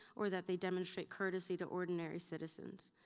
or that they demonstrate courtesy to ordinary citizens.